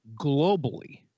globally